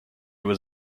was